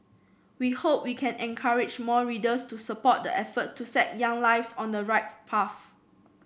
we hope we can encourage more readers to support the efforts to set young lives on the right path